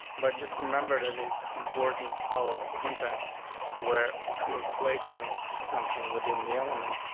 but just remember, that is important to follow the same tax where if you're placing something within the element,